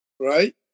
right